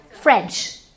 French